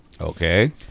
Okay